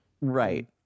Right